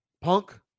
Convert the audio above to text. Punk